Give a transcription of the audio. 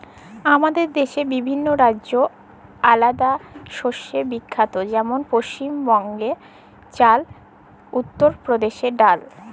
আমাদের দ্যাশে বিভিল্ল্য রাজ্য আলেদা শস্যে বিখ্যাত যেমল পছিম বাংলায় চাল, উত্তর পরদেশে ডাল